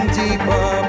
deeper